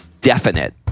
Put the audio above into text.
definite